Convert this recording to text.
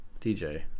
dj